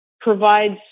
provides